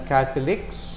Catholics